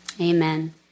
amen